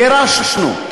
גירשנו.